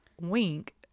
Wink